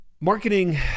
marketing